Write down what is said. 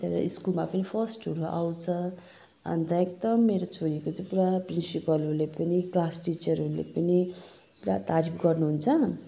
अनि त्यहाँबाट स्कुलमा पनि फर्स्टहरू आउँछ अनित एकदम मेरो छोरीको चाहिँ प्रिन्सिपलहरूले पनि क्लास टिचरहरूले पनि पुरा तारिफ गर्नुहुन्छ